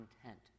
content